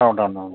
sound ഉണ്ട്